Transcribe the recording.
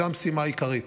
זו המשימה העיקרית.